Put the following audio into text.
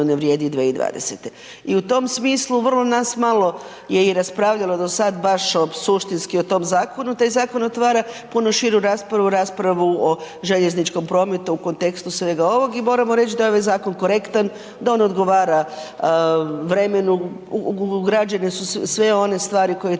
ne vrijedi 2020. i u tom smislu vrlo nas malo je i raspravljalo do sad baš o suštinski o tom zakonu, taj zakon otvara puno širu raspravu, raspravu o željezničkom prometu u kontekstu svega ovog i moramo reć da je ovaj zakon korektan, da on odgovara vremenu, ugrađene su sve one stvari koje